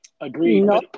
Agreed